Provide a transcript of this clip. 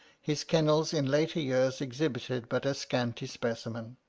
his kennels in latter years exhibited but a scanty specimen.